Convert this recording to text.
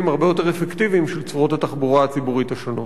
הרבה יותר אפקטיביים של צורות התחבורה הציבורית השונות.